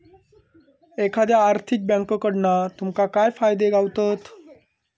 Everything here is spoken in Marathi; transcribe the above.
एखाद्या आर्थिक बँककडना तुमका काय फायदे गावतत?